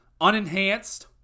Unenhanced